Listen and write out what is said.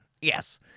Yes